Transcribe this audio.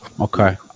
Okay